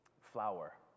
flower